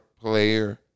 Player